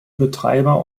betreiber